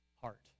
heart